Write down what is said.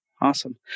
awesome